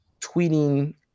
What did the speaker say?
tweeting